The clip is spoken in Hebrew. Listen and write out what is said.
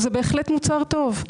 זה בהחלט מוצר טוב,